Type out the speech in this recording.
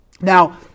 Now